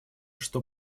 что